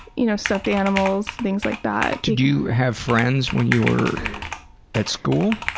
you know stuff animals. things like that. did you have friends when you were at school?